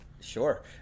Sure